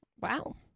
Wow